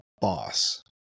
boss